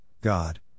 God